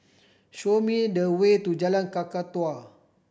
show me the way to Jalan Kakatua